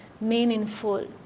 meaningful